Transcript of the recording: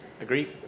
Agree